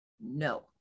No